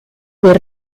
del